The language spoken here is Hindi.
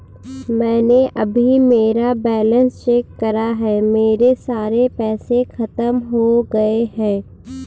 मैंने अभी मेरा बैलन्स चेक करा है, मेरे सारे पैसे खत्म हो गए हैं